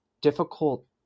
difficult